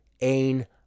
ain